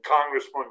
Congressman